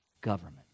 government